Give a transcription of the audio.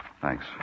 Thanks